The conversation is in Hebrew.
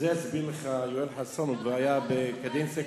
יסביר לך יואל חסון, הוא כבר היה בקדנציה קודמת,